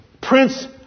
prince